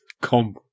come